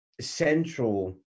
central